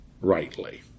rightly